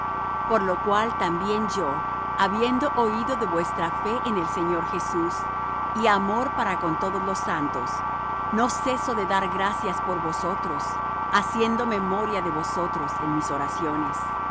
por lo cual también yo habiendo oído de vuestra fe en el señor jesús y amor para con todos los santos no ceso de dar gracias por vosotros haciendo memoria de vosotros en mis oraciones